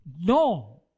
No